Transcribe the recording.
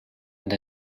and